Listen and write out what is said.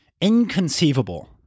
inconceivable